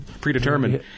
predetermined